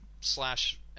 slash